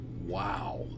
Wow